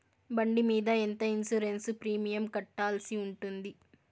బండి మీద ఎంత ఇన్సూరెన్సు ప్రీమియం కట్టాల్సి ఉంటుంది?